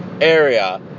Area